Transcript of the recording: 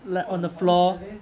!wah! 很团结 leh